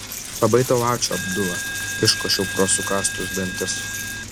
labai tau ačiū abdula iškošiau pro sukąstus dantis